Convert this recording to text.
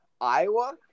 Iowa